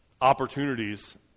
opportunities